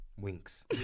Winks